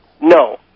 No